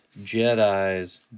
Jedis